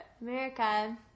America